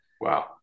Wow